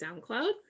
SoundCloud